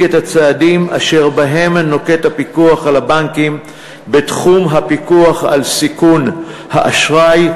את הצעדים אשר נוקט הפיקוח על הבנקים בתחום הפיקוח על סיכון האשראי,